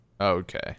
Okay